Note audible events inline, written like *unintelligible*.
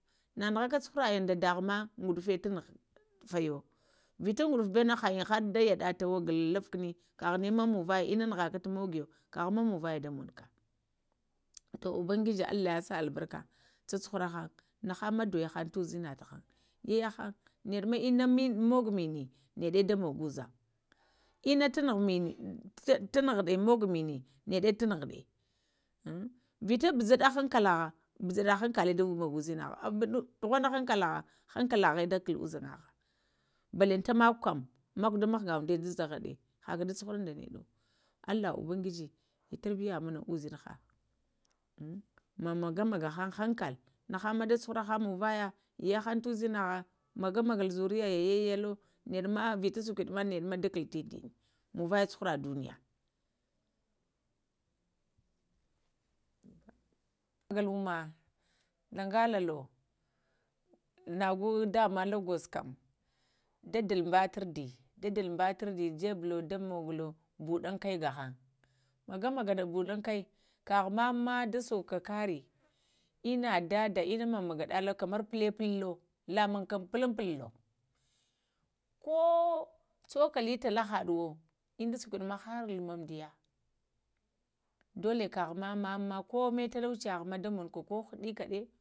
Nanughja cuhurayin da dəha ma gudufa tu fayo, vita gudufu ɓəwena həyin har da yəɗatawe gulufhana kəghinəma muŋvaya da munukə to *unintelligible* ubangiji allah yasa albarka cu-cuhara haŋni nahaŋma doyo tuzəna tahaŋ yaya haŋ naɗa ma inna mogo mini naɗa da mugo uzayn inna tunughuɗa mogo mini naɗa tunaghudə, vita ɓujəɗe haŋkalaha ɓujaɗa haŋkalə da mogo uzinhəhə, ɗughana haŋkalagha, haŋkalagha da ɗi ɓo uzinaha balantanama kam makwa da mghga uŋda da aghaɗa ha ka da cu-huru da nəɗo allah ubangiji katarbiaya mana uzinhə əh ma maga maga haŋkali nəhaŋ ma da aihura muŋ vaya, yəhəŋ tuzənahaŋ məgə-məgəl zuriya, yəyəyəlo nəɗu ma vita suwiɗə nəɗa ma ɗa kulo tuŋdini munvəyə cu hara dunya *unintelligible* ləghalalo nəgo dama lə gwozo kam dadal ŋbətarda dadal ŋbətarda jəbulo da mogulo ŋbudaŋ kai ghaŋ, magə məgə nbuɗan kai kəghə mama ma da sukuka karə inə dada, inə mum maganəlo kar pulə-pullo ləmuŋm kani pulluŋ-pullə ko tsəkəli tala haɗuwo inɗa swkuɗə ma har lumə əmdia dola kagha ma mamaŋ mana ko ma talauciya ha ma da manuka ko hidika